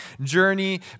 journey